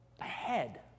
ahead